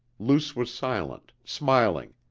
luce was silent, smiling,